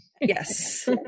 yes